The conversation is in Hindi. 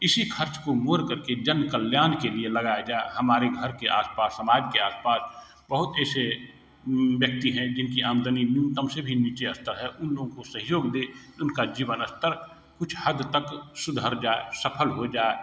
इसी खर्च को मोड़कर के जन कल्यान के लिए लगाया जाए हमारे घर के आस पास समाज के आस पास बहुत ऐसे व्यक्ति हैं जिनकी आमदनी न्यूनतम से भी नीचे अस्तर है उन लोग को सहयोग दे उनका जीवन अस्तर कुछ हद तक सुधर जाए सफल हो जाए